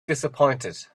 disappointed